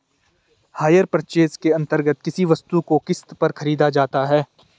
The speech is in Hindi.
हायर पर्चेज के अंतर्गत किसी वस्तु को किस्त पर खरीदा जाता है